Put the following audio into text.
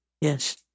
yes